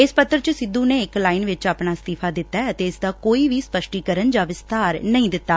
ਇਸ ਪੱਤਰ ਚ ਸਿੱਧੁ ਨੇ ਇਕ ਲਾਈਨ ਵਿਚ ਆਪਣਾ ਅਸਤੀਫਾ ਦਿੱਤਾ ਐ ਅਤੇ ਇਸ ਦਾ ਕੋਈ ਵੀ ਸਪਸ਼ਟੀਕਰਨ ਜਾਂ ਵਿਸਤਾਰ ਨਹੀਂ ਦਿੱਤਾ